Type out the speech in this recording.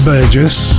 Burgess